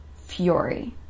fury